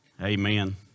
amen